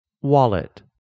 Wallet